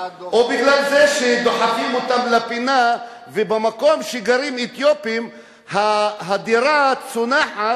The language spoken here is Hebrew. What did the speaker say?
או בגלל זה שדוחפים אותם לפינה ובמקום שגרים אתיופים מחיר הדירה צונח,